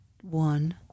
one